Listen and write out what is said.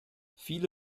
viele